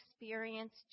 experience